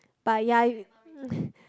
but ya